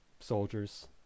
soldiers